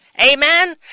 Amen